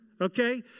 Okay